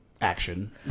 action